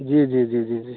जी जी जी जी जी